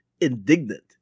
indignant